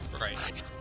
Right